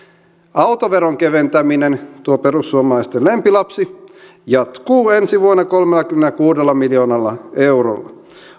autoveron keventäminen tuo perussuomalaisten lempilapsi jatkuu ensi vuonna kolmellakymmenelläkuudella miljoonalla eurolla